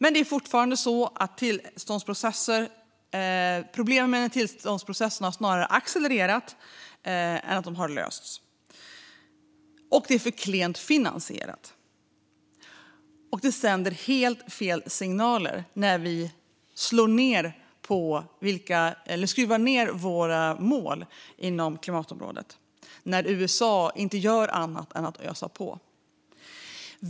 Men det är fortfarande så att problemen med tillståndsprocesserna snarare har accelererat än lösts. Och det är för klent finansierat. Det sänder helt fel signaler när vi skruvar ned våra mål inom klimatområdet, när USA inte gör annat än öser på.